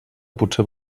potser